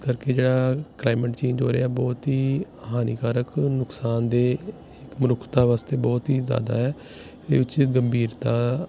ਕਰਕੇ ਜਿਹੜਾ climate change ਹੋ ਰਿਹਾ ਬਹੁਤ ਹੀ ਹਾਨੀਕਾਰਕ ਨੁਕਸਾਨਦੇਹ ਮਨੁੱਖਤਾ ਵਾਸਤੇ ਬਹੁਤ ਹੀ ਜ਼ਿਆਦਾ ਹੈ ਇਹਦੇ ਵਿੱਚ ਗੰਭੀਰਤਾ